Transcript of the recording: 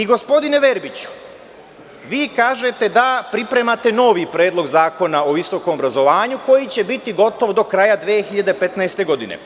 Gospodine Verbiću, vi kažete da pripremate novi predlog zakona o visokom obrazovanju, koji će biti gotov do kraja 2015. godine.